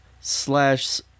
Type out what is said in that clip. slash